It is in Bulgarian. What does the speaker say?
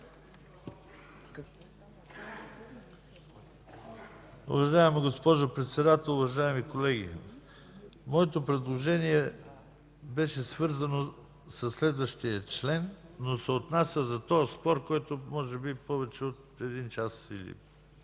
Уважаема госпожо Председател, уважаеми колеги, моето предложение беше свързано със следващия член, но се отнася за този спор, който водим може би повече от час и